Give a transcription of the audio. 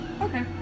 okay